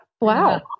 Wow